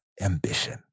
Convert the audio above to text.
ambition